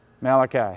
Malachi